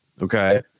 Okay